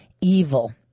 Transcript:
evil